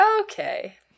okay